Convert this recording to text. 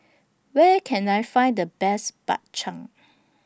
Where Can I Find The Best Bak Chang